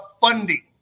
funding